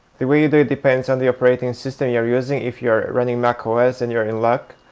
the way you do it depends on the operating and system you are using. if you are running macos, then and you are in luck,